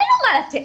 אין לו מה לתת,